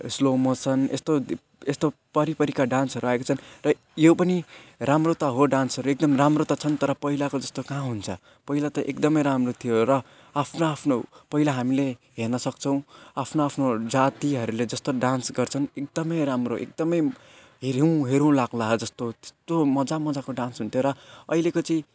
slow motion यस्तो यस्तो परी परीका डान्सहरू आएको छन् तर यो पनि राम्रो त हो डान्सहरू एकदम राम्रो त छन् तर पहिलाको जस्तो कहाँ हुन्छ पहिला त एकदमै राम्रो थियो र आफ्नो आफ्नो पहिला हामीले हेर्नसक्छौँ आफ्नो आफ्नो जातिहरूले जस्तो डान्स गर्छन् एकदमै राम्रो एकदमै हेरौँ हेरौँ लाग्ला जस्तो त्यस्तो मजा मजाको डान्स हुन्थ्यो र अहिलेको चाहिँ